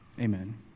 Amen